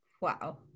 Wow